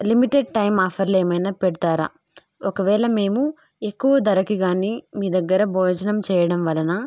limited time ఆఫర్లు ఏమైనా పెడతారా ఒకవేళ మేము ఎక్కువ ధరకి కానీ మీ దగ్గర భోజనం చేయడం వలన